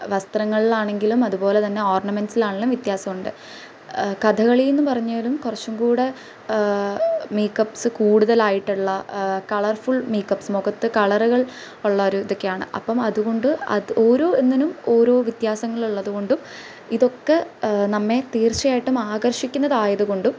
വസ്ത്രങ്ങളിലാണെങ്കിലും അത്പോലെതന്നെ ഓര്ണമെന്സിലാണേലും വ്യത്യാസമുണ്ട് കഥകളി എന്ന് പറഞ്ഞാലും കുറച്ചും കൂടെ മേയ്ക്കപ്പ്സ് കൂട്തലായിട്ടുള്ള കളര്ഫുള് മേയ്ക്കപ്പ്സ് മുഖത്ത് കളറ്കള് ഉള്ള ഒര് ഇതൊക്കെയാണ് അപ്പം അത്കൊണ്ട് അത് ഓരോന്നിനും ഓരോ വ്യത്യാസങ്ങളുള്ളത് കൊണ്ടും ഇതൊക്കെ നമ്മെ തീര്ച്ചയായിട്ടും ആകര്ഷിക്കുന്നതായത് കൊണ്ടും